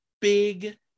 big